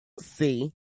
see